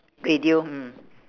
radio mm